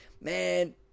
man